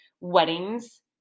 weddings